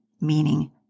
Meaning